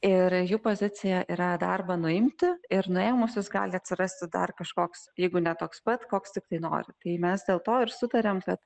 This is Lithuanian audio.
ir jų pozicija yra darbą nuimti ir nuėmus jis gali atsirasti dar kažkoks jeigu ne toks pat koks tiktai nori tai mes dėl to ir sutarėm kad